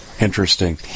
interesting